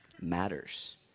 matters